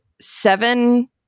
seven